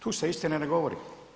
Tu se istine ne govori.